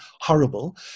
horrible